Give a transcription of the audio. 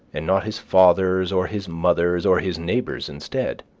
and not his father's or his mother's or his neighbor's instead.